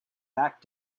back